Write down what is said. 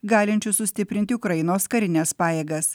galinčių sustiprinti ukrainos karines pajėgas